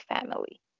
family